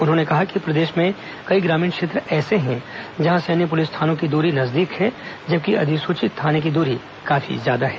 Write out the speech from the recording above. उन्होंने कहा कि प्रदेश में कई ग्रामीण क्षेत्र ऐसे है जहां से अन्य पुलिस थानों की दूरी नजदीक है जबकि अधिसूचित थाने की दूरी काफी ज्यादा है